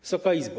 Wysoka Izbo!